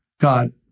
God